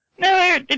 No